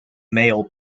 male